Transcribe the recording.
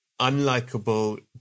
unlikable